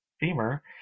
beamer